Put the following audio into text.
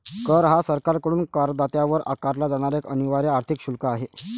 कर हा सरकारकडून करदात्यावर आकारला जाणारा एक अनिवार्य आर्थिक शुल्क आहे